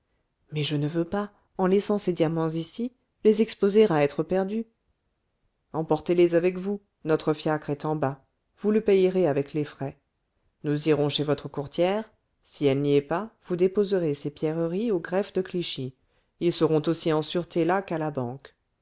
mais je ne veux pas en laissant ces diamants ici les exposer à être perdus emportez-les avec vous notre fiacre est en bas vous le payerez avec les frais nous irons chez votre courtière si elle n'y est pas vous déposerez ces pierreries au greffe de clichy ils seront aussi en sûreté là qu'à la banque